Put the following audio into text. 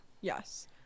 yes